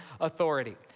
authority